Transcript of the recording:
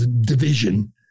division